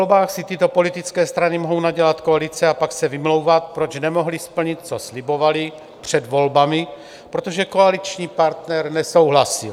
Po volbách si tyto politické strany mohou nadělat koalice a pak se vymlouvat, proč nemohly splnit, co slibovaly před volbami, protože koaliční partner nesouhlasil.